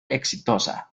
exitosa